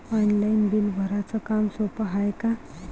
Online bill भराच काम सोपं हाय का?